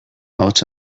ahots